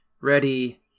Ready